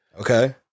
Okay